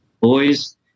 boys